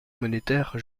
monétaire